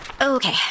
Okay